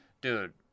Dude